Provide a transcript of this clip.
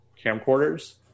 camcorders